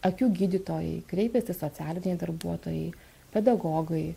akių gydytojai kreipiasi socialiniai darbuotojai pedagogai